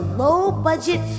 low-budget